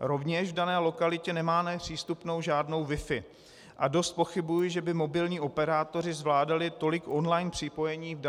Rovněž v dané lokalitě nemáme přístupnou žádnou wifi a dost pochybuji, že by mobilní operátoři zvládali tolik online připojení v